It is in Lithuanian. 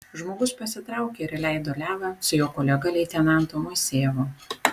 žmogus pasitraukė ir įleido levą su jo kolega leitenantu moisejevu